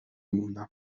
مونم